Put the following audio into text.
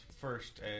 first